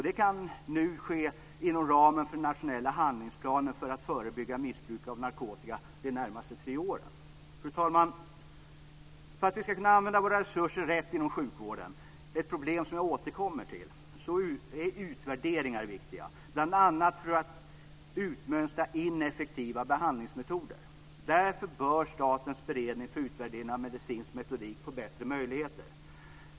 Det kan t.ex. ske inom ramen för den nationella handlingsplanen för ett förebygga missbruk av narkotika de närmaste tre åren. Fru talman! För att vi ska kunna använda våra resurser rätt inom sjukvården, ett problem som jag återkommer till, är utvärderingar viktiga bl.a. för att kunna utmönstra ineffektiva behandlingsmetoder. Därför bör Statens beredning för utvärdering av medicinsk metodik få bättre möjligheter.